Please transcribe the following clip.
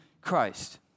Christ